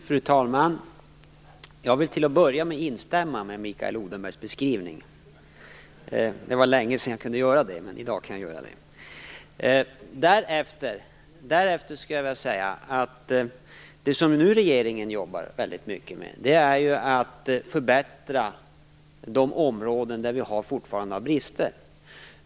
Fru talman! Jag vill till att börja med instämma med Mikael Odenbergs beskrivning. Det var länge sedan jag kunde göra det, men i dag kan jag det. Därefter skulle jag vilja säga att det regeringen nu jobbar mycket med är att förbättra de områden där vi fortfarande har brister.